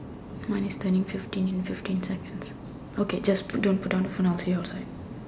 mine is turning fifteen in fifteen seconds okay just don't put down the phone I'll see you outside